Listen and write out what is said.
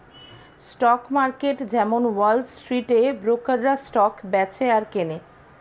stock market যেমন Wall স্ট্রিটে ব্রোকাররা স্টক বেচে আর কেনে